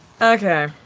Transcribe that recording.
Okay